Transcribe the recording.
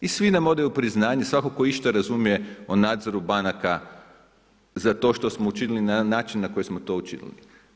I svi nam odaju priznanje, svatko tko išta razumije o nadzoru banaka za to što smo učinili na jedan način na koji smo to učinili.